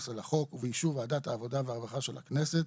לחוק ובאישור ועדת העבודה והרווחה של הכנסת,